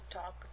talk